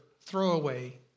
throwaway